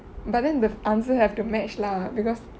but then the answer have to match lah because